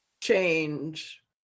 change